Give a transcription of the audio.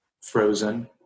frozen